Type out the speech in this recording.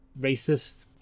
racist